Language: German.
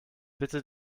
bitte